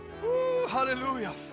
Hallelujah